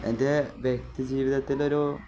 എൻ്റെ വ്യക്തി ജീവിതത്തിൽ ഒരു